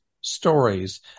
stories